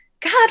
God